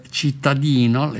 cittadino